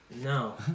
No